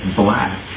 black